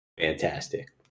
fantastic